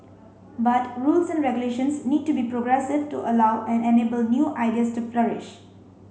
but rules and regulations need to be progressive to allow and enable new ideas to flourish